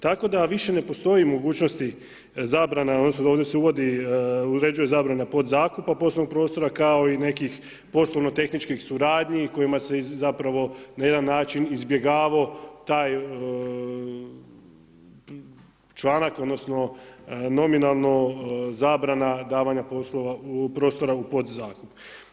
Tako da više ne postoji mogućnosti zabrana, odnosno ovdje se uvodi, uređuje zabrana podzakupa poslovnog prostora, kao i nekih poslovno tehničkih suradnji kojima se zapravo na jedan način izbjegavao taj članak odnosno nominalno zabrana davanja prostora u podzakup.